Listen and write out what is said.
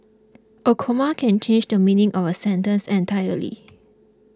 a comma can change the meaning of a sentence entirely